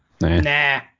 nah